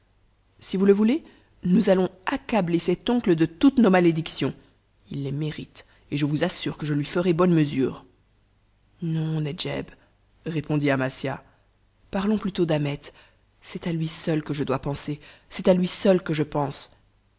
si vous le voulez nous allons accabler cet oncle de toutes nos malédictions il les mérite et je vous assure que je lui ferai bonne mesure non nedjeb répondit amasia parlons plutôt d'ahmet c'est à lui seul que je dois penser c'est à lui seul que je pense